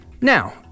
now